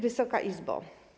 Wysoka Izbo!